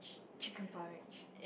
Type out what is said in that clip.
chicken porridge